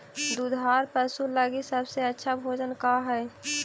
दुधार पशु लगीं सबसे अच्छा भोजन का हई?